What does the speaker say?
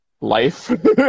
life